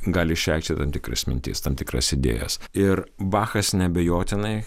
gali išreikšti tam tikras mintis tam tikras idėjas ir bachas neabejotinai